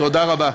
תודה רבה.